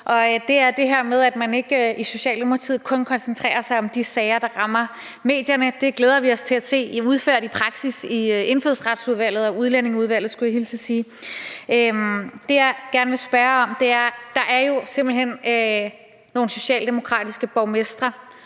Socialdemokratiet ikke kun koncentrerer sig om de sager, der rammer medierne. Det glæder vi os til at se udført i praksis i Indfødsretsudvalget og i Udlændinge- og Integrationsudvalget, skulle jeg hilse og sige.